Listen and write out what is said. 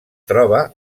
troba